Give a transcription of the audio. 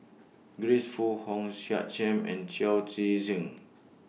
Grace Fu Hong Sek Chern and Chao Tzee Cheng